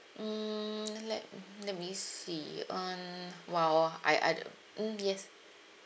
mm let let me see um !wow! I I mm yes